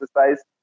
exercise